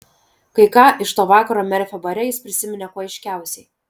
kai ką iš to vakaro merfio bare jis prisiminė kuo aiškiausiai